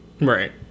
right